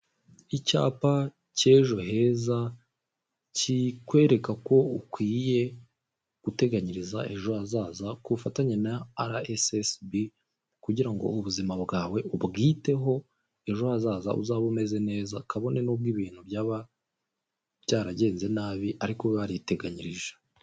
Icyapa cy'ejo heza kikwereka ko ukwiye guteganyiriza ejo hazaza, ku bufatanye na ara esesibi kugira ngo ubuzima bwawe ubwiteho ejo hazaza uzabe umeze neza; kabone n'ubwo ibintu byaba byaragenze nabi ariko wariteganyirije.